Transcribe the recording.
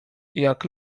jak